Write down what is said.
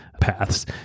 paths